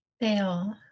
Fail